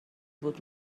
بود